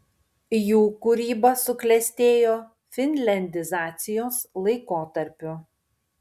jų kūryba suklestėjo finliandizacijos laikotarpiu